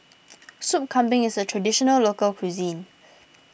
Soup Kambing is a Traditional Local Cuisine